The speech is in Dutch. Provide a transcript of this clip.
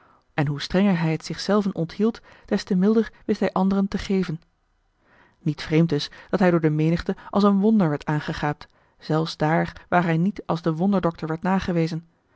en hoe strenger hij het zich zelven onthield des te milder wist hij anderen te geven niet vreemd dus dat hij door de menigte als een wonder werd aangegaapt zelfs daar waar hij niet als den wonderdokter werd nagewezen